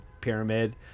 pyramid